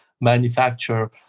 manufacture